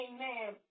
Amen